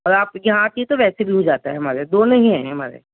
اور آپ یہاں کی تو ویسے بھی ہو جاتا ہے ہمارے یہاں دونوں ہی ہیں ہمارے یہاں